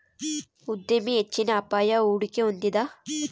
ಉದ್ಯಮಿ ಹೆಚ್ಚಿನ ಅಪಾಯ, ಹೂಡಿಕೆ ಹೊಂದಿದ